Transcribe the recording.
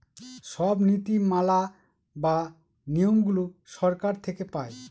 সব নীতি মালা বা নিয়মগুলো সরকার থেকে পায়